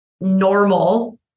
normal